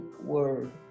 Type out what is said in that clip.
word